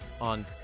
on